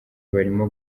barimo